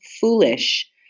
foolish